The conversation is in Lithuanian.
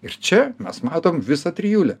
ir čia mes matom visą trijulę